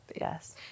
yes